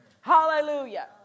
Hallelujah